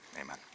Amen